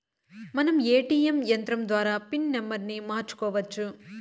మనం ఏ.టీ.యం యంత్రం ద్వారా పిన్ నంబర్ని మార్చుకోవచ్చు